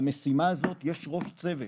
למשימה הזאת יש ראש צוות,